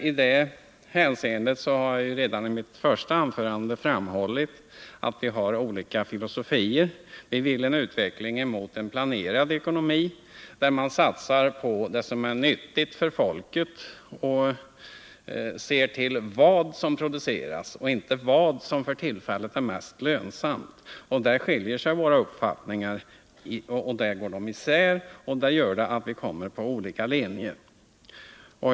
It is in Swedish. Jag har redan i mitt första anförande framhållit att vi har olika filosofier. Vi vill ha en utveckling mot en planerad ekonomi, där man satsar på det som är nyttigt för folket och ser till vad som behöver produceras och inte till vad som för tillfället är mest lönsamt. Där går våra uppfattningar isär, och det gör att vi hamnar på olika linjer.